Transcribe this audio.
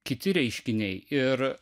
kiti reiškiniai ir